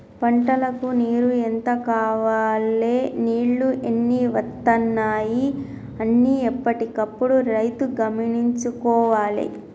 పంటలకు నీరు ఎంత కావాలె నీళ్లు ఎన్ని వత్తనాయి అన్ని ఎప్పటికప్పుడు రైతు గమనించుకోవాలె